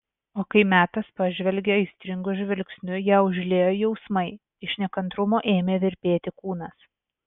o kai metas pažvelgė aistringu žvilgsniu ją užliejo jausmai iš nekantrumo ėmė virpėti kūnas